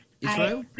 Israel